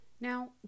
Now